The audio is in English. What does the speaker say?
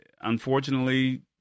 Unfortunately